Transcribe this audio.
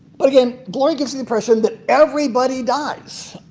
but again, glory gives the impression that everybody dies.